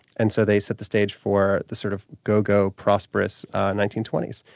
and so they set the stage for the sort of go-go, prosperous nineteen twenty s.